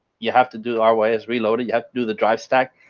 you have to do our way as reloaded, you have to do the drive stack.